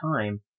time